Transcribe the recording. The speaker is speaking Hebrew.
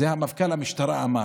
זה מפכ"ל המשטרה אמר,